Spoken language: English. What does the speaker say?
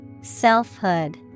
Selfhood